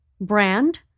brand